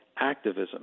Activism